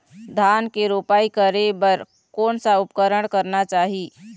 धान के रोपाई करे बर कोन सा उपकरण करना चाही?